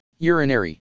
Urinary